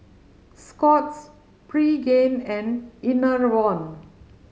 Scott's Pregain and Enervon